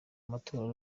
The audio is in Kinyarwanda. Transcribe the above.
amatora